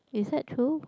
is that true